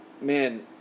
man